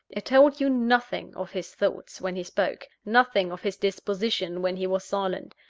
it told you nothing of his thoughts, when he spoke nothing of his disposition, when he was silent.